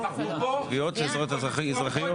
אנחנו בצרות צרורות,